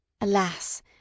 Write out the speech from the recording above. Alas